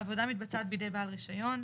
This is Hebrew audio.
(1) העבודה מתבצעת בידי בעל רשיון.